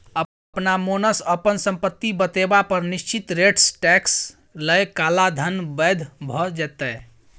अपना मोनसँ अपन संपत्ति बतेबा पर निश्चित रेटसँ टैक्स लए काला धन बैद्य भ जेतै